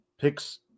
picks